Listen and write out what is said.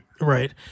Right